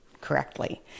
correctly